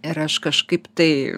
ir aš kažkaip tai